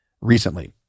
recently